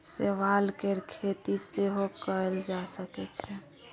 शैवाल केर खेती सेहो कएल जा सकै छै